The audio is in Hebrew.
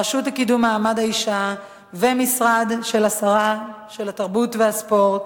הרשות לקידום מעמד האשה ומשרד התרבות והספורט.